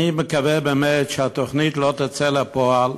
אני מקווה באמת שהתוכנית לא תצא לפועל,